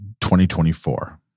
2024